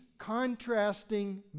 contrasting